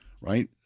right